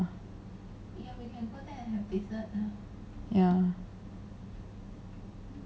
ya